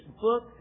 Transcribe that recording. book